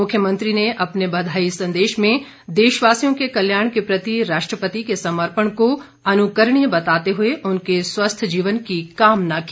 मुख्यमंत्री ने अपने बधाई संदेश में देशवासियों के कल्याण के प्रति राष्ट्रपति के समर्पण को अनुकरणीय बताते हुए उनके स्वस्थ जीवन की कामना की